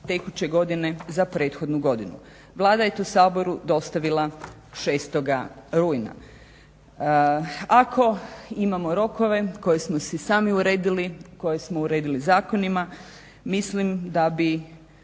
tekuće godine za prethodnu godinu. Vlada je to Saboru dostavila 6.rujna. Ako imamo rokove koji smo si sami uredili koje smo uredili zakonima mislim da bi